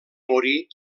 morir